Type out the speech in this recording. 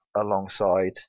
alongside